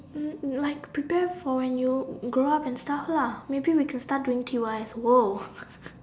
like prepare for when you grow up and stuff lah maybe we can start doing T wife !whoa!